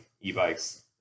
e-bikes